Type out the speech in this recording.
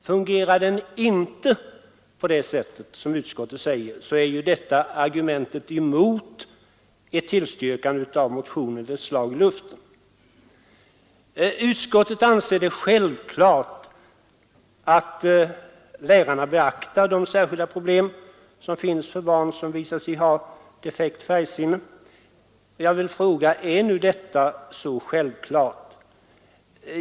Fungerar den inte på det sätt som utskottet säger, är ju detta argument mot ett tillstyrkande av motionen ett slag i luften. Utskottet anser det självklart att lärarna beaktar de särskilda problem som finns för barn som visat sig ha defekt färgsinne. Jag vill fråga om detta nu är så självklart.